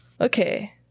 Okay